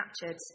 captured